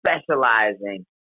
specializing